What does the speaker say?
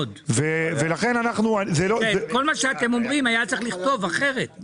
את כל מה שאתם אומרים היה צריך לכתוב אחרת.